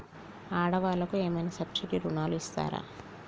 ఆడ వాళ్ళకు ఏమైనా సబ్సిడీ రుణాలు ఇస్తారా?